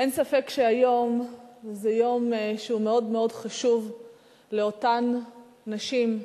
אין ספק שהיום זה יום מאוד מאוד חשוב לאותן נשים,